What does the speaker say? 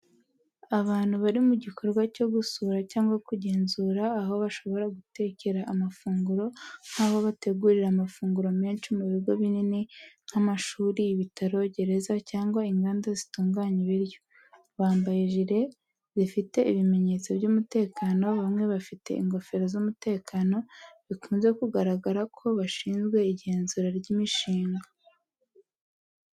Abantu bari mu gikorwa cyo gusura cyangwa kugenzura aho bashobora gutekera amafunguro, nk’aho bategurira amafunguro menshi mu bigo binini nk’amashuri, ibitaro, gereza, cyangwa inganda zitunganya ibiryo. Bambaye gire zifite ibimenyetso by’umutekano bamwe bafite ingofero z’umutekano bikunze kugaragara ku bashinzwe igenzura ry'imishinga.